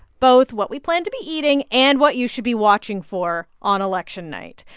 both what we plan to be eating and what you should be watching for on election night.